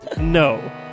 no